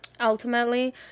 ultimately